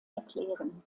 erklären